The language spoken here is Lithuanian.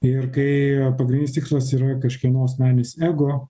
ir kai pagrindinis tikslas yra kažkieno asmeninis ego